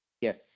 Yes